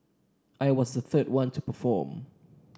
I was the third one to perform